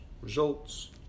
Results